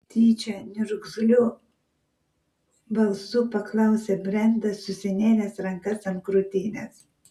tyčia niurgzliu balsu paklausė brendas susinėręs rankas ant krūtinės